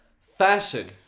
fashion